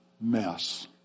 mess